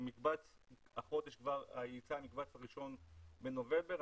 החודש כבר ייצא המקבץ הראשון, בנובמבר.